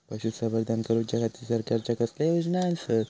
पशुसंवर्धन करूच्या खाती सरकारच्या कसल्या योजना आसत?